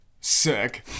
Sick